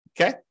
Okay